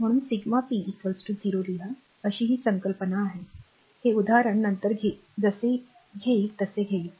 म्हणून sigma p 0 लिहा अशी ही संकल्पना आहे हे उदाहरण नंतर जसे घेईल तसे घेईल